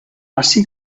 así